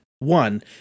One